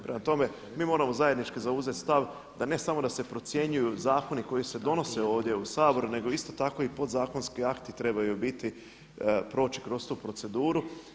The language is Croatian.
Prema tome, mi moramo zajednički zauzeti stav, da ne samo da se procjenjuju zakoni koji se donose ovdje u Saboru, nego isto tako i podzakonski akti trebaju biti, proći kroz tu proceduru.